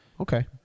Okay